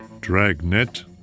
Dragnet